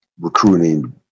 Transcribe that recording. recruiting